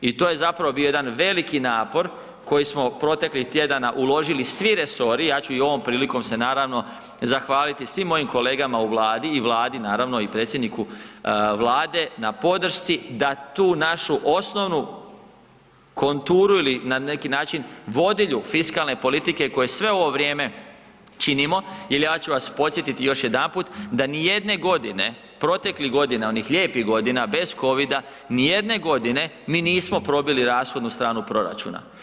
I to je zapravo bio jedan veliki napor koji smo proteklih tjedana uložili svi resori, ja ću i ovom prilikom se naravno zahvaliti svim mojim kolegama u Vladi i Vladi naravno i predsjedniku Vlade na podršci da tu našu osnovnu konturu ili na neki način vodilju fiskalne politike koje sve ovo vrijeme činimo, jel ja ću vas podsjetiti još jedanput da ni jedne godine, proteklih godina, onih lijepih godina bez Covida, ni jedne godine mi nismo probili rashodu stranu proračuna.